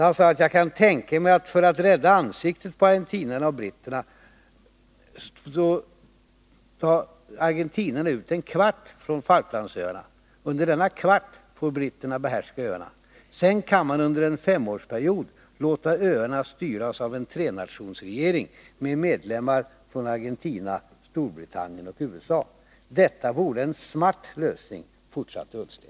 Han sade: Jag kan tänka mig att argentinarna, för att rädda ansiktet på sig själva och på britterna, under en kvart överlämnar Falklandsöarna till britterna, så att dessa under denna kvart får behärska öarna. Sedan kan man under en femårsperiod låta öarna styras av en trenationsregering, med medlemmar från Argentina, Storbritannien och USA. Detta vore en smart lösning, fortsatte Ola Ullsten.